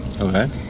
Okay